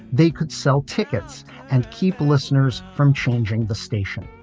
they could sell tickets and keep listeners from changing the station.